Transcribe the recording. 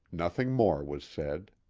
nothing more was said.